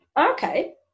okay